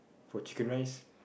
for chicken rice